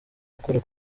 ukora